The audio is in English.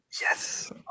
Yes